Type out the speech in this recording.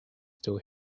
still